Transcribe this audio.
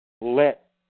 let